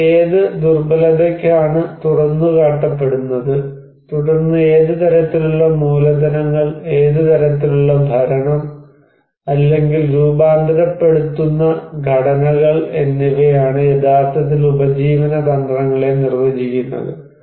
ഞാൻ എന്ത് ദുര്ബലതയ്ക്കാണ് തുറന്നുകാട്ടപ്പെടുന്നത് തുടർന്ന് ഏത് തരത്തിലുള്ള മൂലധനങ്ങൾ ഏത് തരത്തിലുള്ള ഭരണം അല്ലെങ്കിൽ രൂപാന്തരപ്പെടുത്തുന്ന ഘടനകൾ എന്നിവയാണ് യഥാർത്ഥത്തിൽ ഉപജീവന തന്ത്രങ്ങളെ നിർവചിക്കുന്നത്